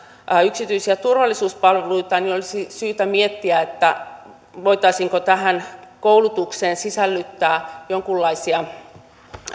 yksityisiä turvallisuuspalveluita olisi syytä miettiä voitaisiinko tähän koulutukseen sisällyttää jonkunlaisia